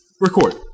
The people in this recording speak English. Record